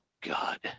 God